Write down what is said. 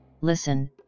Listen